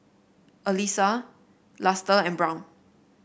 Elyssa Luster and Brown